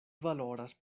valoras